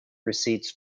receipts